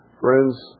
Friends